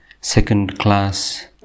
second-class